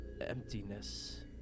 emptiness